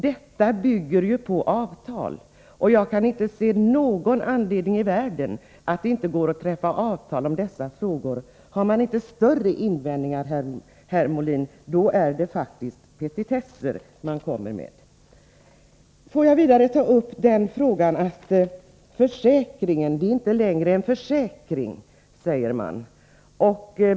Detta bygger på avtal. Jag kan inte se någon anledning till att det inte skulle gå att träffa avtal när det gäller dessa frågor. Har man inte större invändningar, Björn Molin, rör det sig faktiskt om petitesser. Det är inte längre en försäkring, heter det.